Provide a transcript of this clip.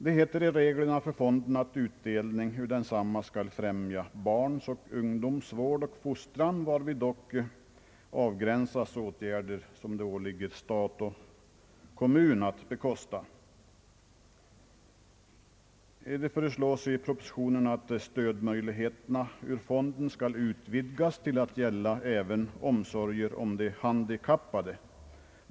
Det heter i reglerna för fonden att utdelning ur densamma skall främja barns och ungdoms vård och fostran, varifrån dock avgränsas åtgärder som det åligger stat och kommun att bekosta. Det föreslås i propositionen att stödmöjligheterna ur fonden skall utvidgas till att gälla även omsorgen om de handikappade.